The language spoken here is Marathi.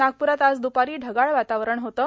नागपुरात आज दुपारी ढगाळ वातावरण होतं